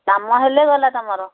କାମ ହେଲେ ଗଲା ତୁମର